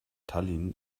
tallinn